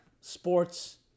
Sports